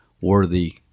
worthy